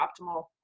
optimal